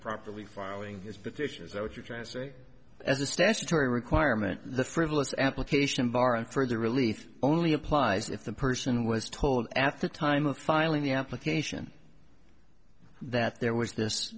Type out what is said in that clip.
properly filing his petition is that what you're trying to say as a statutory requirement the frivolous application bar and further really thought only applies if the person was told at the time of filing the application that there was th